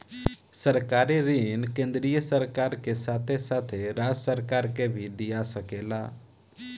सरकारी ऋण केंद्रीय सरकार के साथे साथे राज्य सरकार के भी दिया सकेला